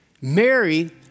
Mary